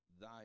thy